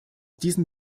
diesen